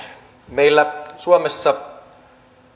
meillä suomessa